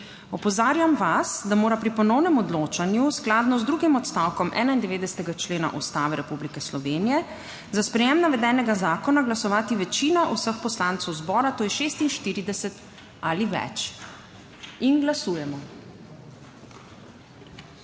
Opozarjam vas, da mora pri ponovnem odločanju skladno z drugim odstavkom 91. člena Ustave Republike Slovenije za sprejetje navedenega zakona glasovati večina vseh poslancev zbora, to je 46 ali več. Glasujemo.